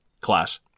Class